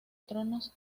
tonos